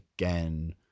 again